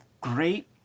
great